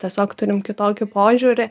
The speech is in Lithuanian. tiesiog turim kitokį požiūrį